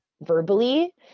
verbally